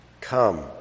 come